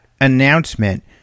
announcement